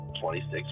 26